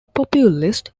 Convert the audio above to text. populist